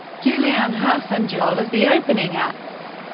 julianne hough and jewel as the opening acts.